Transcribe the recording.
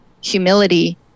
humility